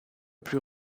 plus